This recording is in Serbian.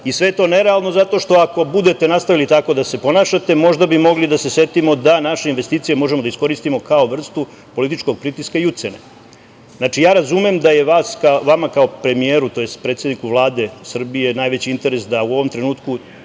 i sve je to nerealno zato što ako budete nastavili tako da se ponašate možda bi mogli da se setimo da naše investicije možemo da iskoristimo kao vrstu političkog pritiska i ucene. Znači, ja razumem da je vama kao premijeru tj. predsedniku Vlade Srbije najveći interes da u ovom trenutku